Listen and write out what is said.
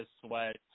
Sweat